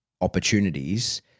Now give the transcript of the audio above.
opportunities